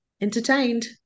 entertained